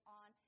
on